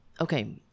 okay